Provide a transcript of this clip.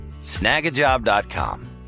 snagajob.com